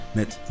Met